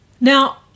now